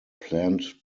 planned